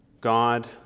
God